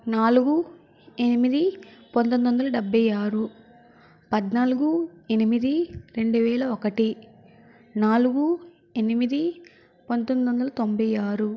నాలుగు ఎనిమిది పంతొమ్మిదొందల డెబ్బై ఆరు పద్నాలుగు ఎనిమిది రెండు వేల ఒకటి నాలుగు ఎనిమిది పంతొమ్మిదొందల తొంభై ఆరు